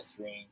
ring